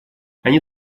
они